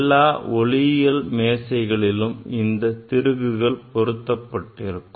எல்லா ஒளியியல் மேசைகளிலும் இந்த திருகுகள் பொருத்தப்பட்டிருக்கும்